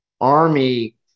Army